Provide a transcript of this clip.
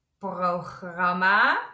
Programma